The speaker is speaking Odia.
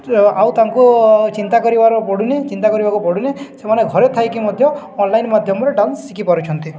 ଆଉ ତାଙ୍କୁ ଚିନ୍ତା କରିବାର ପଡ଼ୁନି ଚିନ୍ତା କରିବାକୁ ପଡ଼ୁନି ସେମାନେ ଘରେ ଥାଇକି ମଧ୍ୟ ଅନଲାଇନ୍ ମାଧ୍ୟମରେ ଡାନ୍ସ ଶିଖି ପାରୁଛନ୍ତି